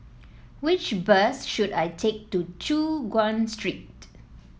which bus should I take to Choon Guan Street